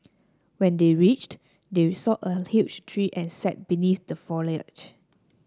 when they reached they saw a huge tree and sat beneath the foliage